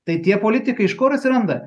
tai tie politikai iš kur atsiranda